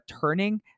turning